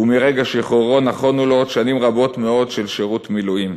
ומרגע שחרורו נכונו לו עוד שנים רבות מאוד של שירות מילואים,